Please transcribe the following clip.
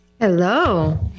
Hello